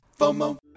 FOMO